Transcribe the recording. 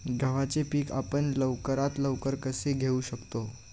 गव्हाचे पीक आपण लवकरात लवकर कसे घेऊ शकतो?